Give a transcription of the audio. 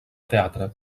teatre